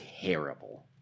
terrible